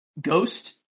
Ghost